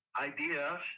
ideas